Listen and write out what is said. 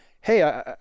Hey